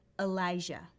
Elijah